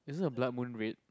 isn't the blood moon red